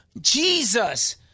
Jesus